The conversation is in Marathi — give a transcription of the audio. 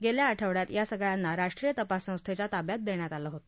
गेल्या आठवड्यात या सगळ्यांना राष्ट्रीय तपास संस्थेच्या ताब्यात दिल होत